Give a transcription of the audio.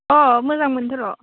अ मोजां मोनदो र'